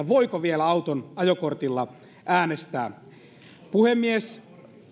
voiko vielä auton ajokortilla äänestää puhemies